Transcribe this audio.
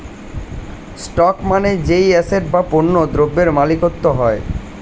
stock মানে যেই asset বা পণ্য দ্রব্যের মালিকত্ব হয়